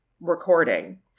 recording